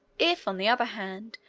if, on the other hand,